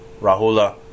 Rahula